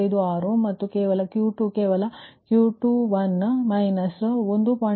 556 ಮತ್ತು Q2 ಕೇವಲ Q21 minus 1